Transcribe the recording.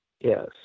yes